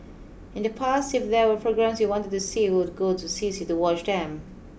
in the past if there were programmes she wanted to see would go to C C to watch them